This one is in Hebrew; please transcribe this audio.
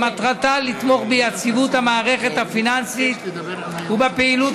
שמטרתה לתמוך ביציבות המערכת הפיננסית ובפעילות